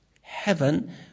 heaven